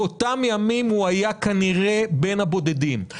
באותם ימים הוא היה כנראה בין הבודדים.